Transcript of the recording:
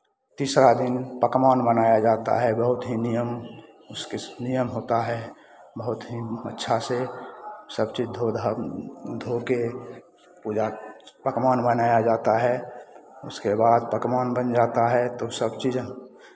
तीसरा दिन पकवान बनाया जाता है बहुत ही नियम उस किस नियम होता है बहुत ही अच्छा से सब चीज़ धो धा धो के पूजा पकवान बनाया जाता है उसके बाद पकवान बन जाता है तो सब चीज़